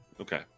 Okay